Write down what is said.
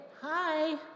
Hi